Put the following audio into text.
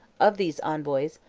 of these envoys,